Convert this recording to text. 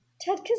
Ted